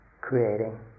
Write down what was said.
creating